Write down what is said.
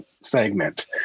segment